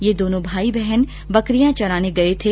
ये दोनों भाई बहन बकरियां चराने गए थे